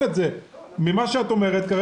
3,